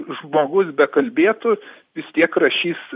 žmogus bekalbėtų vis tiek rašys